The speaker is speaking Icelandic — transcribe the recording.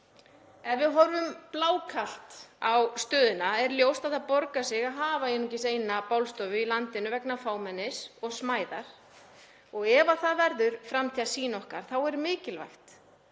Ef við horfum blákalt á stöðuna er ljóst að það borgar sig að hafa einungis eina bálstofu í landinu vegna fámennis og smæðar og ef það verður framtíðarsýn okkar þá er mikilvægt